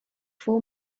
for